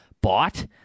bought